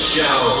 Show